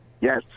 Yes